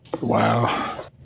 Wow